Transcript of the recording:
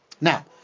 Now